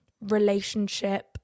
relationship